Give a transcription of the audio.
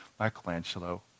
Michelangelo